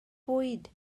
bwyd